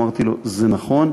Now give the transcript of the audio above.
אמרתי לו: זה נכון.